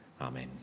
Amen